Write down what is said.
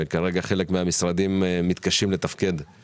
חלק מהתקנות פה הן טכניות, שינוי של הגדרות.